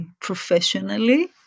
professionally